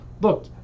look